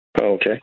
Okay